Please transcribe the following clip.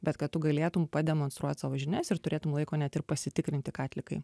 bet kad tu galėtum pademonstruot savo žinias ir turėtum laiko net ir pasitikrinti ką atlikai